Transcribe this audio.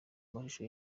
amashusho